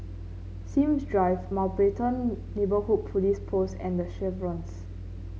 S ims Drive Mountbatten Neighbourhood Police Post and The Chevrons